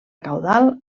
caudal